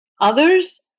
others